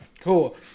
Cool